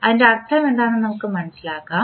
അതിന്റെ അർത്ഥമെന്താണെന്ന് നമുക്ക് മനസിലാക്കാം